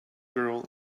girl